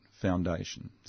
foundation